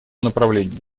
направлении